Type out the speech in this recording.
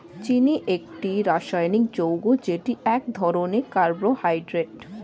চিনি একটি রাসায়নিক যৌগ যেটি এক ধরনের কার্বোহাইড্রেট